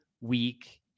week